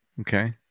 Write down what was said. okay